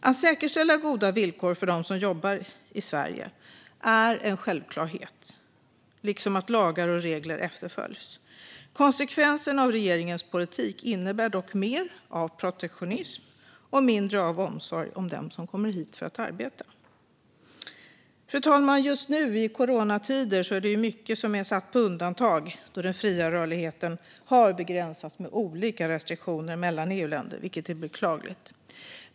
Att säkerställa goda villkor för dem som jobbar i Sverige är en självklarhet, liksom att lagar och regler efterföljs. Konsekvenserna av regeringens politik innebär dock mer av protektionism och mindre av omsorg om dem som kommer hit för att arbeta. Fru talman! Just nu i coronatider är det mycket som är satt på undantag. Den fria rörligheten har begränsats med olika restriktioner mellan EU-länder, vilket är beklagligt.